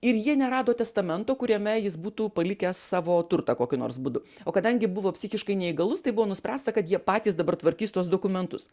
ir jie nerado testamento kuriame jis būtų palikęs savo turtą kokiu nors būdu o kadangi buvo psichiškai neįgalus tai buvo nuspręsta kad jie patys dabar tvarkys tuos dokumentus